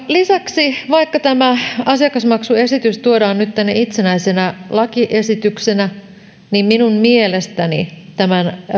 lisäksi vaikka tämä asiakasmaksuesitys tuodaan nyt tänne itsenäisenä lakiesityksenä minun mielestäni tämän